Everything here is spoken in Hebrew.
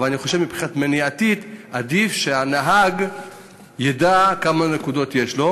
אבל אני חושב שמבחינה מניעתית עדיף שהנהג ידע כמה נקודות יש לו.